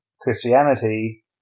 christianity